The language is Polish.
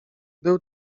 był